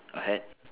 a hat